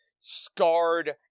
scarred